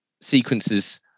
sequences